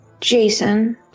Jason